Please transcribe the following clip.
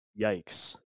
yikes